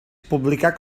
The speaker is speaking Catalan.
publicà